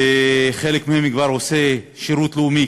וחלק מהם כבר עושים שירות לאומי,